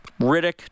Riddick